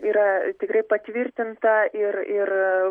yra tikrai patvirtinta ir ir